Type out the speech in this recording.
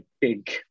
big